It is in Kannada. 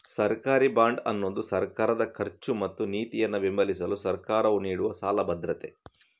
ಸರ್ಕಾರಿ ಬಾಂಡ್ ಅನ್ನುದು ಸರ್ಕಾರದ ಖರ್ಚು ಮತ್ತು ನೀತಿಯನ್ನ ಬೆಂಬಲಿಸಲು ಸರ್ಕಾರವು ನೀಡುವ ಸಾಲ ಭದ್ರತೆ